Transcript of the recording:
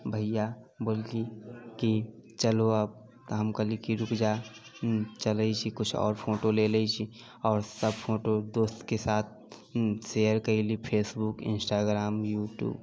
भैया बोललखिन कि चलो अब तऽ हम कहली की जे रुक जा चलैत छी किछु आओर फोटो ले लय छी आओर सब फोटो दोस्तके साथ शेयर कयली फेसबुक इंस्टाग्राम यूट्यूब